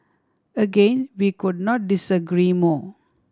again we could not disagree more